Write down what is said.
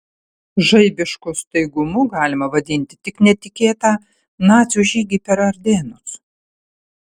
žaibišku staigumu galima vadinti tik netikėtą nacių žygį per ardėnus